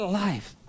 life